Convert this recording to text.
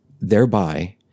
thereby